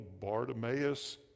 Bartimaeus